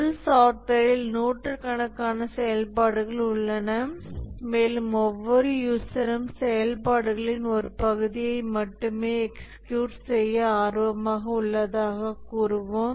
ஒரு சாஃப்ட்வேரில் நூற்றுக்கணக்கான செயல்பாடுகள் உள்ளன மேலும் ஒவ்வொரு யூசரும் செயல்பாடுகளின் ஒரு பகுதியை மட்டுமே எக்ஸ்கியூட் செய்ய ஆர்வமாக உள்ளதாகக் கூறுவோம்